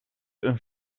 een